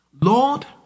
Lord